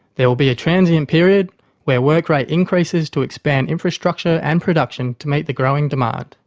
there will be a transient period where work rate increases to expand infrastructure and production to meet the growing demand.